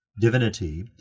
Divinity